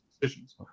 decisions